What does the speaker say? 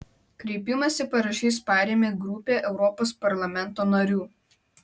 kreipimąsi parašais parėmė grupė europos parlamento narių